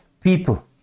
people